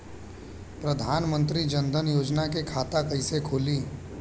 प्रधान मंत्री जनधन योजना के खाता कैसे खुली?